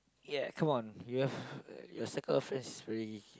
ya come on we have a circle of friends very